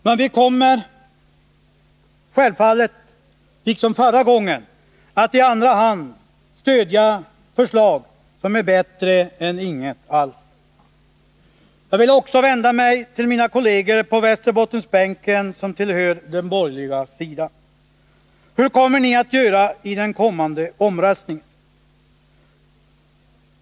Men vi kommer självfallet, liksom förra gången, att i andra hand stödja förslag som är bättre än inget alls. Jag vill också vända mig till mina kolleger på Västerbottensbänken som tillhör den borgerliga sidan. Hur kommer ni att göra i den kommande omröstningen?